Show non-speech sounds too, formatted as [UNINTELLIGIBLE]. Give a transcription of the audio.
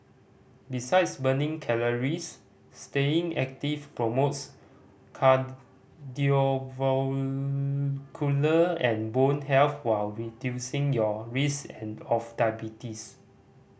besides burning calories staying active promotes [UNINTELLIGIBLE] and bone health while reducing your risk and of diabetes